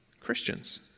Christians